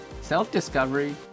self-discovery